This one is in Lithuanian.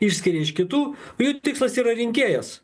išskiria iš kitų jų tikslas yra rinkėjas